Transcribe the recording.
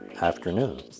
afternoon